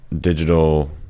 digital